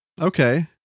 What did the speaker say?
Okay